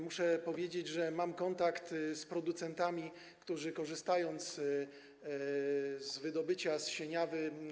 Muszę powiedzieć, że mam kontakt z producentami, którzy korzystają z wydobycia w kopalni Sieniawa.